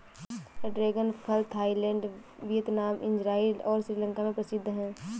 dragon फल Thailand, Vietnam, Israel और श्रीलंका में प्रसिद्ध है